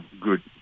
good